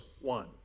one